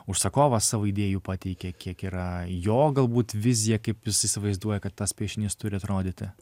užsakovas savo idėjų pateikė kiek yra jo galbūt vizija kaip jis įsivaizduoja kad tas piešinys turi atrodyti